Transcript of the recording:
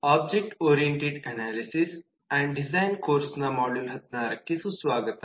object oriented analysis and design module 16 ಕ್ಕೆ ಸುಸ್ವಾಗತ